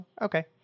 Okay